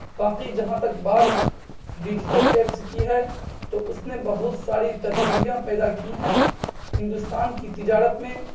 باقی جہاں تک بات ڈیجیٹل ایپس کی ہے تو اس نے بہت ساری تبدیلیاں پیدا کی ہیں ہندوستان کی تجارت میں